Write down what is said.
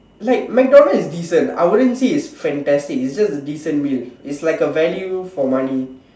like MacDonald's is decent I wouldn't say it's fantastic it's just a decent meal it's like a value for money